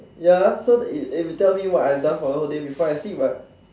ya so if if you tell me what I've done for the whole day before I sleep [what]